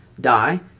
die